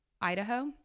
Idaho